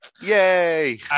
Yay